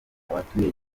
abatuye